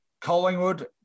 Collingwood